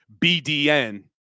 BDN